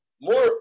More